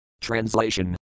Translation